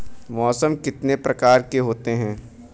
मौसम कितने प्रकार के होते हैं?